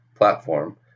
platform